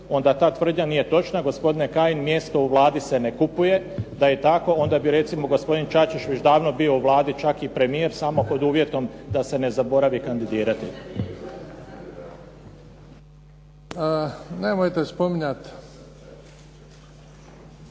onda ta tvrdnja nije točna. Gospodine Kajin, mjesto u Vladi se ne kupuje. Da je tako onda bi recimo gospodin Čačić već davno bio u Vladi, čak i premijer, samo pod uvjetom da se ne zaboravi kandidirati. **Bebić,